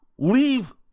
Leave